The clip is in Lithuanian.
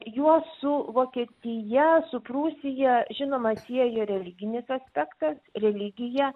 juos su vokietija su prūsija žinoma siejo religinis aspektas religija